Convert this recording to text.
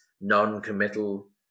non-committal